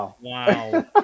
Wow